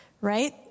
right